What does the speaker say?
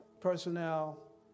personnel